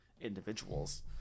individuals